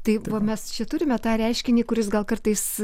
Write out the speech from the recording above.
taip mes čia turime tą reiškinį kuris gal kartais